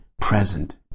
present